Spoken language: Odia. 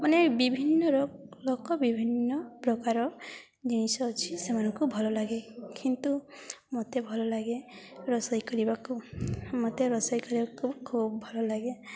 ମାନେ ବିଭିନ୍ନର ଲୋକ ବିଭିନ୍ନ ପ୍ରକାର ଜିନିଷ ଅଛି ସେମାନଙ୍କୁ ଭଲ ଲାଗେ କିନ୍ତୁ ମୋତେ ଭଲ ଲାଗେ ରୋଷେଇ କରିବାକୁ ମୋତେ ରୋଷେଇ କରିବାକୁ ଖୁବ୍ ଭଲ ଲାଗେ